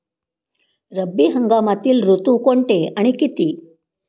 रब्बी हंगामातील ऋतू कोणते आणि किती?